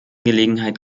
gelegenheit